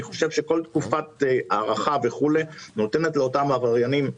כל תקופת הארכה נותנת לאותם עבריינים התארגנות.